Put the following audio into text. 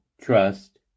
trust